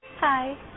Hi